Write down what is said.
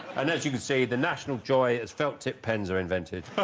and as you can see the national joy has felt-tip pens are invented